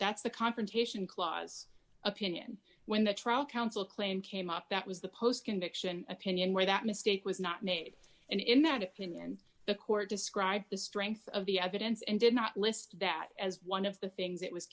that's the confrontation clause opinion when the trial counsel claim came up that was the post conviction opinion where that mistake was not made and in that opinion the court described the strength of the evidence and did not list that as one of the things it was